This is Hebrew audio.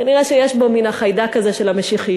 כנראה יש בו מן החיידק הזה של המשיחיות,